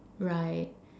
right